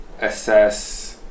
assess